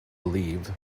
believe